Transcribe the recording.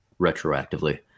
retroactively